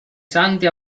santi